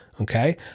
Okay